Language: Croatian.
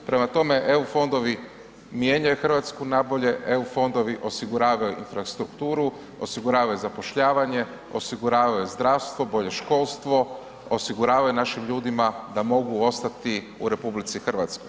Prema tome, EU fondovi mijenjaju RH na bolje, EU fondovi osiguravaju infrastrukturu, osiguravaju zapošljavanje, osiguravaju zdravstvo, bolje školstvo, osiguravaju našim ljudima da mogu ostati u RH.